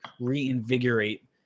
reinvigorate